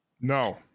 No